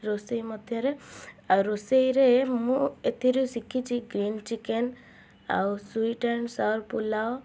ରୋଷେଇ ମଧ୍ୟରେ ଆଉ ରୋଷେଇରେ ମୁଁ ଏଥିରୁ ଶିଖିଛି ଗ୍ରୀନ୍ ଚିକେନ୍ ଆଉ ସୁଇଟ୍ ଆଣ୍ଡ ସର୍ ପୁଲାଓ